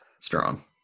Strong